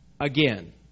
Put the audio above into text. again